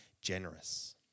generous